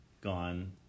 gone